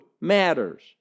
matters